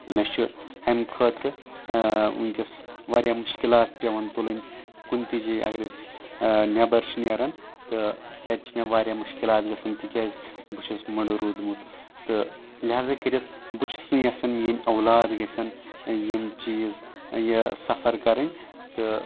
مےٚ چھُ اَمہِ خٲطرٕ وٕنٛکیٚس واریاہ مُشکِلات پیٚوان تُلٕنۍ کُنہِ تہِ جایہِ اَگر أسۍ نیبر چھِ نیران تَتہِ چھِ مےٚ واریاہ مُشکِلات گژھان تِکیٚازِ بہٕ چھُس مٔڈٕ روٗدمُت تہٕ لِہزا کٔرِتھ بہٕ چھُس نہٕ یژھان میٲنۍ اولاد گژھن یِم چیٖز یہِ سفر کَرٕنۍ تہٕ